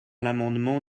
l’amendement